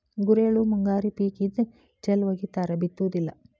ಗುರೆಳ್ಳು ಮುಂಗಾರಿ ಪಿಕ್ ಇದ್ದ ಚಲ್ ವಗಿತಾರ ಬಿತ್ತುದಿಲ್ಲಾ